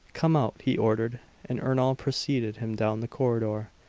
come out, he ordered and ernol preceded him down the corridor,